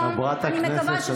חברת הכנסת השכל.